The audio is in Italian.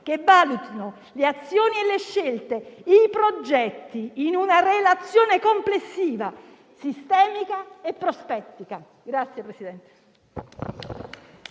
che valutino le azioni, le scelte e i progetti, in una relazione complessiva, sistemica e prospettica.